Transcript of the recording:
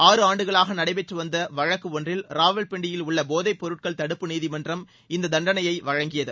ஆறு ஆண்டுகளாக நடைபெற்று வந்த வழக்கு ஒன்றில் ராவல்பிண்டியில் உள்ள போதைப்பொருள்கள் தடுப்பு நீதிமன்றம் இந்த தண்டனையை வழங்கியது